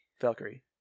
Valkyrie